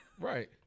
Right